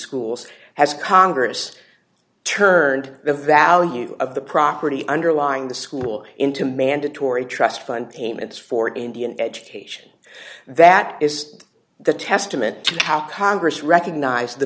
schools has congress turned the value of the property underlying the school into mandatory trust fund payments for indian education that is the testament to how congress recognized the